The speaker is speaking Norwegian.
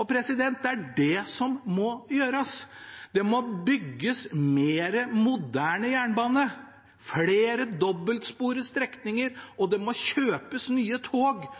Det er det som må gjøres. Det må bygges mer moderne jernbane, flere dobbeltsporete strekninger, det må kjøpes nye tog